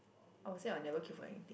I would say I'll never queue for anything